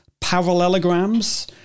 parallelograms